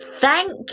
thank